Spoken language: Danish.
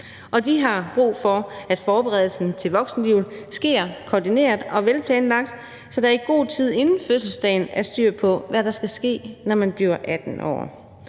de har brug for, at forberedelsen til voksenlivet sker koordineret og velplanlagt, så der i god tid inden fødselsdagen er styr på, hvad der skal ske, når man bliver 18 år.